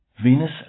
Venus